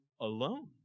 alone